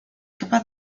capaz